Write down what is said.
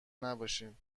نباشین